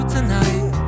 Tonight